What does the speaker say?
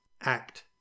act